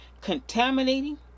contaminating